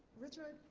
richard,